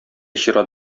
чират